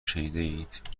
شنیدهاید